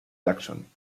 jackson